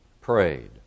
prayed